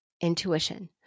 intuition